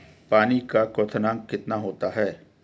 पानी का क्वथनांक कितना होता है?